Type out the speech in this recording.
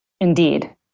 Indeed